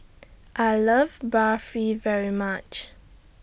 I Love Barfi very much